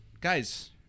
guys